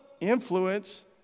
influence